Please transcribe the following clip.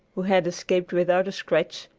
who had escaped without a scratch,